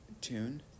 tune